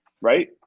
right